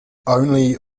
only